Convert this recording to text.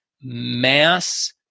mass